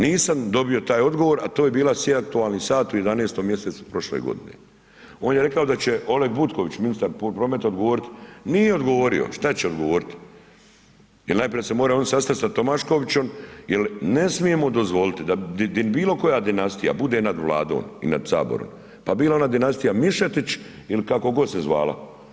Nisam dobio taj odgovor a to je bio aktualni sat u 11. mj. prošle godine. on je rekao da će Oleg Butković, ministar prometa odgovoriti, nije odgovorio, šta će odgovoriti jer najprije se moraju oni sastat sa Tomaškovićem jer ne smijemo dozvoliti da bilokoja dinastija bude nad Vladom i nad Saborom, pa bila ona dinastija Mišetić ili kako god se zvala.